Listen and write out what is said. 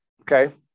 Okay